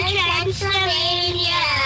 Transylvania